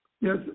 Yes